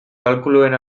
kalkuluen